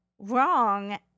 wrong